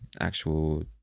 actual